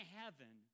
heaven